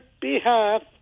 behalf